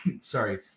Sorry